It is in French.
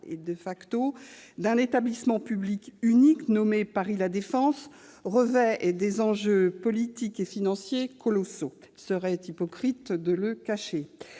et de Defacto, d'un établissement public unique nommé Paris-La Défense, revêt des enjeux politiques et financiers colossaux. Il serait hypocrite de le cacher.